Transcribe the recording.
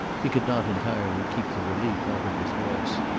he could not entirely keep the relief out of his voice.